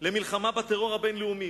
למלחמה בטרור הבין-לאומי.